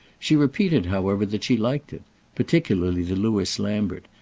she repeated however that she liked it particularly the lewis lambert.